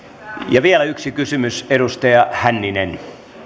vielä yksi kysymys edustaja hänninen